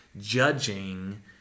judging